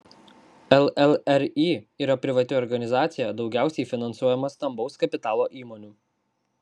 llri yra privati organizacija daugiausiai finansuojama stambaus kapitalo įmonių